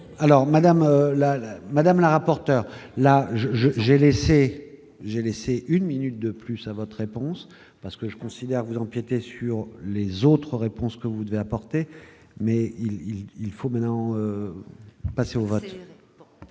la Madame, la rapporteur. Là je j'ai laissé j'ai laissé une minute de plus à votre réponse parce que je considère vous empiéter sur les autres réponses que vous devez apporter mais il il faut maintenant passer au vote.